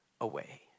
away